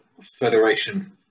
federation